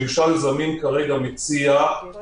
אולי נשמע רגע על העמותות?